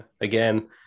Again